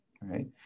right